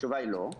התשובה היא לא.